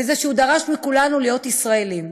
בזה שהוא דרש מכולנו להיות ישראלים,